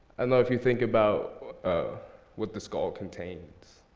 i know if you think about ah what the skull contains